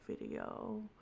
video